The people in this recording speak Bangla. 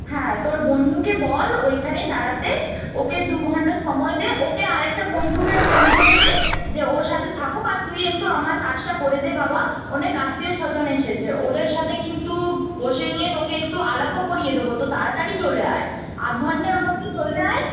হ্যাঁ তোর বন্ধুকে বল ওইখানে দাঁড়াতে ওকে দুঘণ্টা সময় দে ওকে আর একটা বন্ধুকে ফোন করে দে যে ওর সাথে থাকুক আর তুই একটু আমার কাজটা করে দে বাবা অনেক আত্মীয় স্বজন এসেছে ওদের সাথে কিন্তু বসে নিয়ে তোকে একটু আলাপও করিয়ে দেবো তো তাড়াতাড়ি চলে আয় আধঘণ্টার মধ্যেই চলে আয়